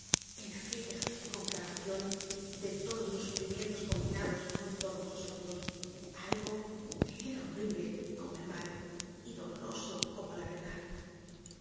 en aquella conflagracion de todos los sufrimientos combinados con todos los odios algo que era horrible como el mal y doloroso como la verdad